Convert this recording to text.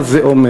מה זה אומר?